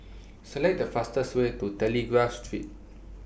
Select The fastest Way to Telegraph Street